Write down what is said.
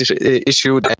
issue